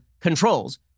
controls